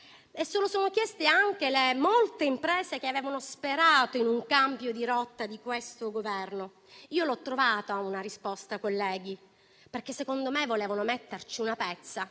e se lo sono chiesto anche le molte imprese che avevano sperato in un cambio di rotta di questo Governo. Io l'ho trovata, una risposta, colleghi: secondo me volevano metterci una pezza,